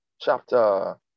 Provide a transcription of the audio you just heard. chapter